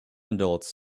adults